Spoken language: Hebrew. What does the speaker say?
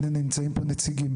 והנה, נמצאים פה נציגים.